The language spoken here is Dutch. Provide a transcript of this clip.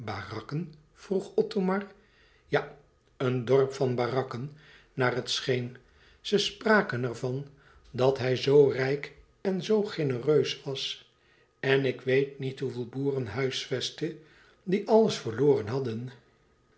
barakken vroeg othomar ja een dorp van barakken naar het scheen ze spraken er van dat hij zoo rijk en zoo genereus was en ik weet niet hoeveel boeren huisvestte die alles verloren hadden